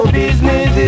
business